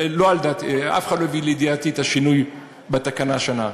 אף אחד לא הביא לידיעתי את השינוי בתקנה השנה.